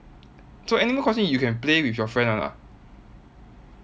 so animal crossing you can play with your friend [one] ah